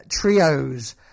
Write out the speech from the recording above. Trios